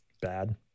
bad